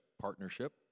partnership